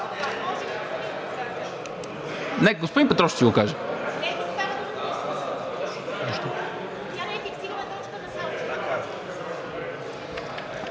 Не, господин Петров ще си го каже.